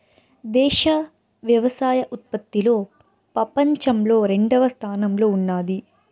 దేశం వ్యవసాయ ఉత్పత్తిలో పపంచంలో రెండవ స్థానంలో ఉన్నాది